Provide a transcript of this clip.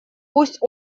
пусть